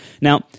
Now